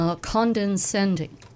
condescending